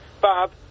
Bob